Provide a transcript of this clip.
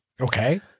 Okay